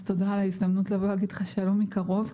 אז תודה על ההזדמנות לבוא להגיד לך שלום מקרוב,